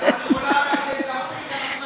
את יכולה להפסיק, כי אנחנו נצביע בעדך.